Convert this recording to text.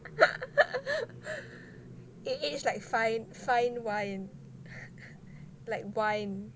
eh age like fine fine wine like wine